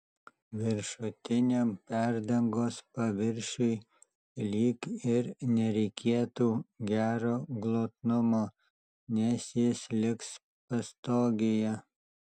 viršutiniam perdangos paviršiui lyg ir nereikėtų gero glotnumo nes jis liks pastogėje